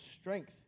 strength